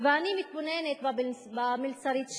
ואני מתבוננת במלצרית שלפני,